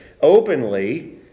openly